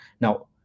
now